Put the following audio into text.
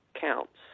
counts